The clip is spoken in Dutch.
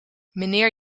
meneer